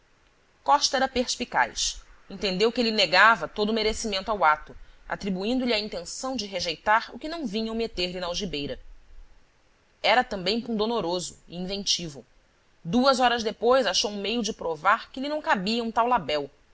costa era perspicaz entendeu que ele negava todo o merecimento ao ato atribuindo lhe a intenção de rejeitar o que não vinham meter-lhe na algibeira era também pundonoroso e inventivo duas horas depois achou um meio de provar que lhe não cabia um tal labéu